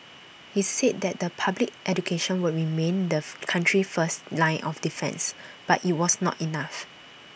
he said that the public education were remain the country's first line of defence but IT was not enough